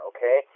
Okay